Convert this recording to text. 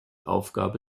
aufgabe